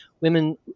Women